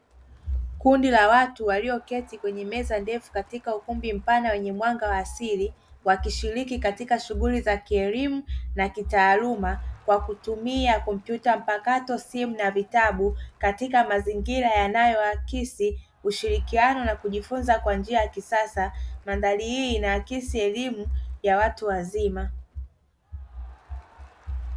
Kundi la watu walioketi kwenye meza ndefu katika ukumbi mpana wenye mwanga wa asili wakishiriki katika shughuli za kielimu na kitaaluma kwa kutumia kompyuta mpakato, simu na vitabu katika mazingira yanayoakisi ushirikiano na kujifunza kwa njia ya kisasa. Mandhari hii inaakisi elimu ya watu wazima.